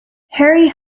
harry